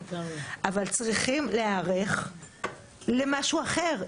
אבל צריכים להיערך למשהו אחר.